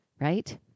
right